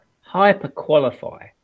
hyper-qualify